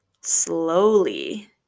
slowly